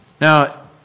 Now